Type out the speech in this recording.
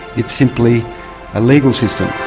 it's simply a legal system.